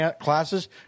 classes